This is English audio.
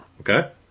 Okay